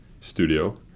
studio